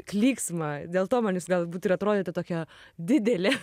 klyksmą dėl to man jūs galbūt ir atrodėte tokia didelė